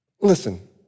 Listen